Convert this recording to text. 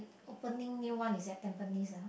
opening new one is at Tampines ah